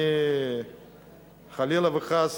חלילה וחס,